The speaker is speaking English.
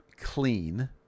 clean